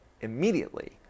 immediately